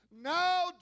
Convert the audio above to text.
now